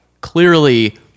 clearly